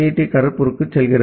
D கரக்பூருக்குச் செல்கிறது